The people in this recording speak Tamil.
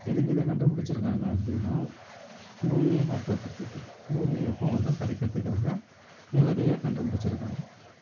எதுக்கு இதை கண்டுபிடிச்சி இருக்காங்க அப்படின்னா பூமியை காப்பற்றுரத்துக்கு பூமியை வெப்பமயமாதல தடுக்கிறதுக்காக இந்த விதையை கண்டுப்பிடிச்சிருக்காங்க